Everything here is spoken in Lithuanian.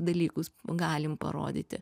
dalykus galim parodyti